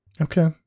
Okay